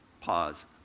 Pause